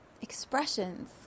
expressions